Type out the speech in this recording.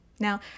Now